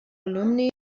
alumni